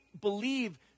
believe